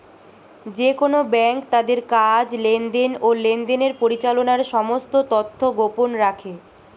যেকোন ব্যাঙ্ক তাদের কাজ, লেনদেন, ও লেনদেনের পরিচালনার সমস্ত তথ্য গোপন রাখে